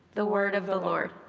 the word of the lord.